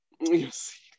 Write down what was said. yes